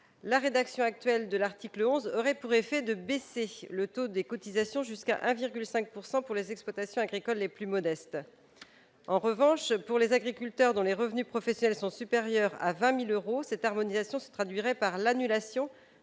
la rédaction actuelle de l'article 7 aurait pour effet de baisser le taux des cotisations jusqu'à 1,5 % pour les exploitations agricoles les plus modestes. En revanche, pour les agriculteurs dont les revenus professionnels sont supérieurs à 20 000 euros, cette harmonisation se traduirait par l'annulation